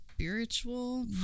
Spiritual